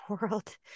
world